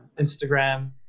Instagram